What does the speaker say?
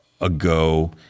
ago